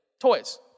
toys